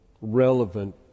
relevant